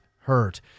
Hurt